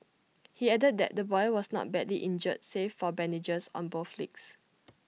he added that the boy was not badly injured save for bandages on both legs